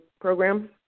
program